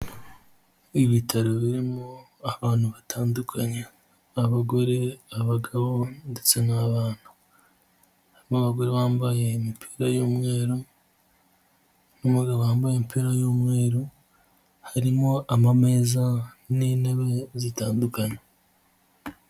Ibitaro birimo abantu batandukanye: abagore, abagabo ndetse n'abana. Hari abagore bambaye imipira y'umweru n'umugabo wambaye umupira w'umweru. Harimo ama meza n'intebe zitandukanye.